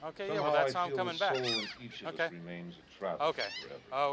somehow, i feel the soul in each of us remains a traveler forever.